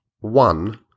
one